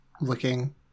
looking